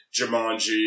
Jumanji